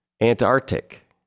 Antarctic